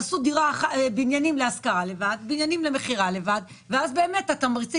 תעשו בניינים להשכרה לבד ובניינים למכירה לבד ואז באמת התמריצים